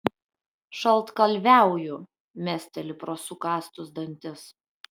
šaltkalviauju mesteli pro sukąstus dantis